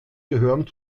gehören